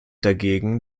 dagegen